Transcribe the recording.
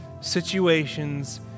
situations